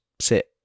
sit